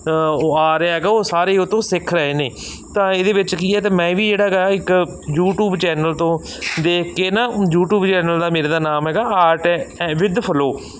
ਉਹ ਆ ਰਿਹਾ ਹੈਗਾ ਉਹ ਸਾਰੇ ਉਹਤੋਂ ਸਿੱਖ ਰਹੇ ਨੇ ਤਾਂ ਇਹਦੇ ਵਿੱਚ ਕੀ ਹੈ ਅਤੇ ਮੈਂ ਵੀ ਜਿਹੜਾ ਹੈਗਾ ਇੱਕ ਯੂਟੀਊਬ ਚੈਨਲ ਤੋਂ ਦੇਖ ਕੇ ਨਾ ਯੂਟੀਊਬ ਚੈਨਲ ਦਾ ਮੇਰੇ ਦਾ ਨਾਮ ਹੈਗਾ ਆਰਟ ਅ ਵਿਦ ਫਲੋਅ